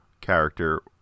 character